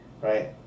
right